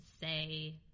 say